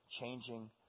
Changing